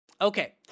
Okay